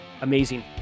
Amazing